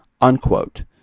Unquote